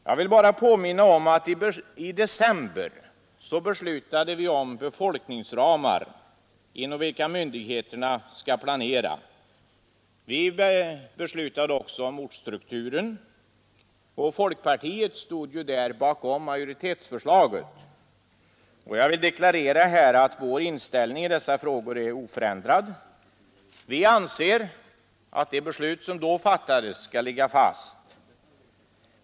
Jag vill bara påminna om att i december beslutade vi om befolkningsramar, inom vilka myndigheterna skall planera. Vi beslutade också om ortsstrukturen. Folkpartiet stod där bakom majoritetsförslaget, och jag vill här deklarera att vår inställning i dessa frågor är oförändrad. Vi anser att det beslut som då fattades skall ligga fast.